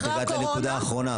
את הגעת לנקודה האחרונה,